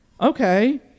Okay